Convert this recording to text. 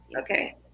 Okay